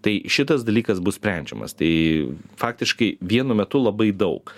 tai šitas dalykas bus sprendžiamas tai faktiškai vienu metu labai daug